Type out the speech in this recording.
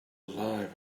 alive